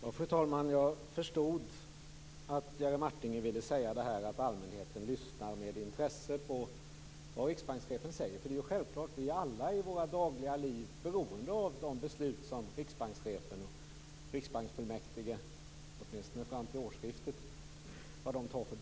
Fru talman! Jag förstod att Jerry Martinger ville säga detta att allmänheten lyssnar med intresse på vad riksbankschefen säger. För det är självklart att vi alla i våra dagliga liv är beroende av de beslut som riksbankschefen och riksbanksfullmäktige, åtminstone fram till årsskiftet, fattar.